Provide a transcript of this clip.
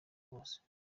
bose